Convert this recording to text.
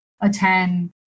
attend